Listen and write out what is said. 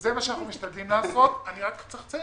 אני חושב